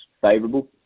favourable